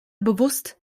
bewusst